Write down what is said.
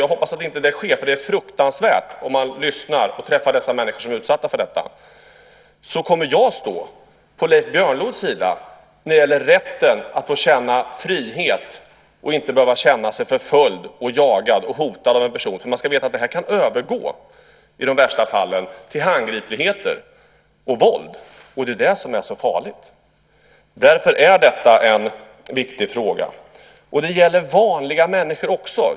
Jag hoppas att det inte sker, för det är fruktansvärt; det hör man när man träffar och lyssnar till de människor som är utsatta för detta. I så fall kommer jag dock att stå på Leif Björnlods sida när det gäller rätten att få känna frihet och inte behöva känna sig förföljd, jagad och hotad av en person. Man ska veta att detta i de värsta fallen kan övergå till handgripligheter och våld. Det är det som är så farligt. Därför är detta en viktig fråga. Det här gäller vanliga människor också.